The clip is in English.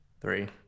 three